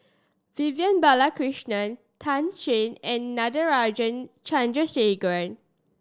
Vivian Balakrishnan Tan Shen and Natarajan Chandrasekaran